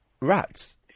Rats